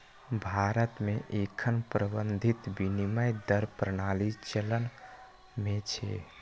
भारत मे एखन प्रबंधित विनिमय दर प्रणाली चलन मे छै